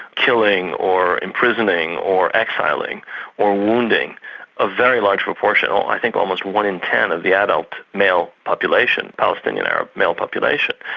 killing or imprisoning or exiling or wounding a very large proportion, i think almost one in ten of the adult male population, palestinian arab male population.